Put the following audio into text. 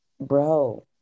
bro